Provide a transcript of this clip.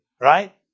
right